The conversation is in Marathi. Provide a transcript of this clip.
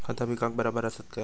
खता पिकाक बराबर आसत काय?